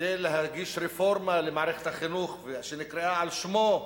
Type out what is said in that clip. כדי להגיש רפורמה במערכת החינוך, שנקראה על שמו,